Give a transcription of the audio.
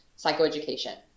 psychoeducation